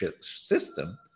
system